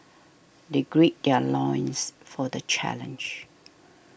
they gird their loins for the challenge